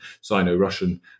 Sino-Russian